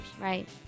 Right